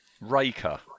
Raker